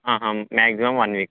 maximum one week